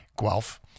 Guelph